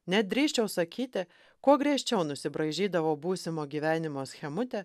net drįsčiau sakyti kuo griežčiau nusibraižydavau būsimo gyvenimo schemutę